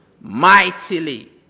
Mightily